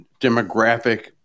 demographic